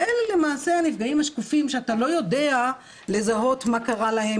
והם למעשה הנפגעים השקופים שאתה לא יודע מה קרה להם,